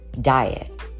diet